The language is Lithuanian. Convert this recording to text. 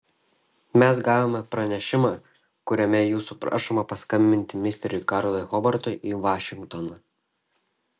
mes gavome pranešimą kuriame jūsų prašoma paskambinti misteriui karlui hobartui į vašingtoną